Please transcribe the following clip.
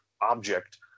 object